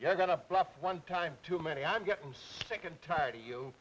yeah i got a one time too many i'm getting sick and tired of you